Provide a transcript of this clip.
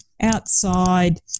Outside